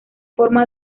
forma